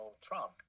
Trump